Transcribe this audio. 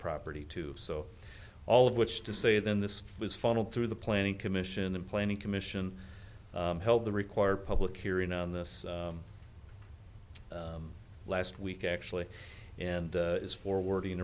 property too so all of which to say than this was funneled through the planning commission and planning commission held the required public hearing on this last week actually and is forwarding